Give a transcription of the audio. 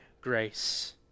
grace